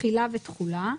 תחילה ותחולה.